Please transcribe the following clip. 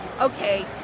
okay